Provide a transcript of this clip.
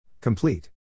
Complete